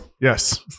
Yes